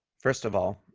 first of all,